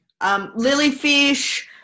Lilyfish